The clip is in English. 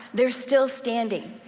they're still standing.